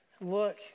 Look